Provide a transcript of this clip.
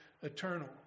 eternal